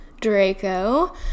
Draco